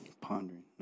Pondering